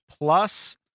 plus